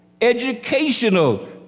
Educational